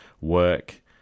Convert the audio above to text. work